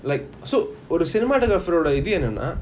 like so ஒரு:oru cinematographer ஓட இது என்னனா:ooda ithu ennana